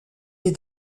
des